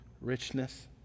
richness